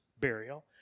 burial